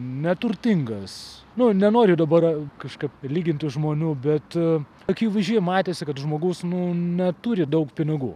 neturtingas nu nenoriu dabar kažkaip lyginti žmonių bet akivaizdžiai matėsi kad žmogus nu neturi daug pinigų